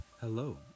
Hello